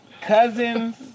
cousin's